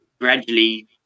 gradually